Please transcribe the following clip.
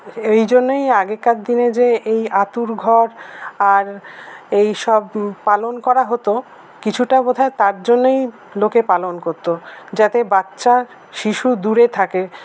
এইজন্যেই আগেকার দিনের যে এই আঁতুড়ঘর আর এইসব পালন করা হত কিছুটা বোধহয় তার জন্যই লোকে পালন করত যাতে বাচ্চা শিশু দূরে থাকে